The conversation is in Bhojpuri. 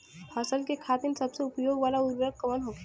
फसल के खातिन सबसे उपयोग वाला उर्वरक कवन होखेला?